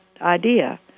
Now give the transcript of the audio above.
idea